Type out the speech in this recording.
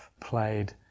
played